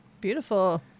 Beautiful